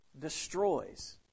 destroys